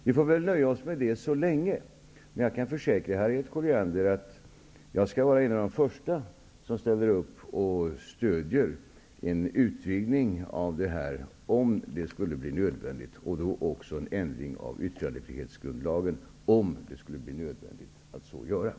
Vi får väl nöja oss med detta så länge, men jag kan försäkra Harriet Colliander att jag skall vara en av de första som ställer upp och stödjer en utvidgning av yttrandefriheten om det skulle bli nödvändigt, även en ändring av yttrandefrihetsgrundlagen.